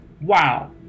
wow